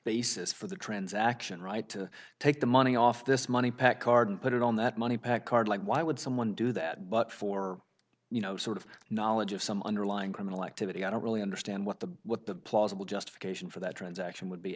basis for the transaction right to take the money off this money pack card and put it on that money back card like why would someone do that but for you know sort of knowledge of some underlying criminal activity i don't really understand what the what the plausible justification for that transaction would be